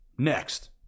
Next